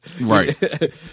right